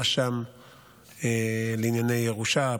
הרשם לענייני ירושה,